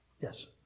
Yes